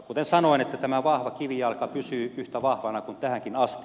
kuten sanoin tämä vahva kivijalka pysyy yhtä vahvana kuin tähänkin asti